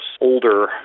older